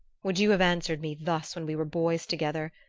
would you have answered me thus when we were boys together,